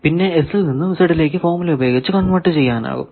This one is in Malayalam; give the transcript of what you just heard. പിന്നെ S ൽ നിന്നും Z ലേക്ക് ഫോർമുല ഉപയോഗിച്ച് കൺവെർട് ചെയ്യാനാകും